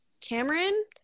Cameron